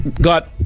got